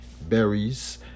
Berries